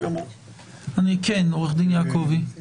עו"ד יעקבי, בבקשה.